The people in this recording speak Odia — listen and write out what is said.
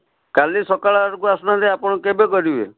କାଲି ସକାଳ ଆଡ଼କୁ ଆସୁ ନାହାନ୍ତି ଆପଣ କେବେ କରିବେ